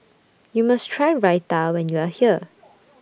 YOU must Try Raita when YOU Are here